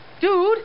dude